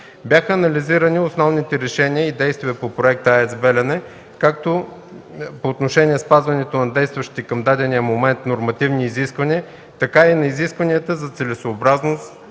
Бяха анализирани основните решения и действия по проекта „АЕЦ „Белене” както по отношение спазването на действащите към дадения момент нормативни изисквания, така и на изискванията за целесъобразност